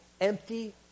empty